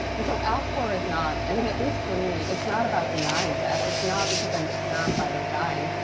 and so alcor is not, i mean at least for me, it's not about denying death, it's not because i'm terrified of dying.